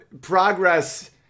progress